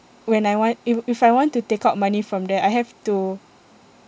when I want i~ if I want to take out money from there I have to